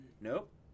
Nope